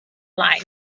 line